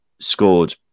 scored